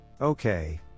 Okay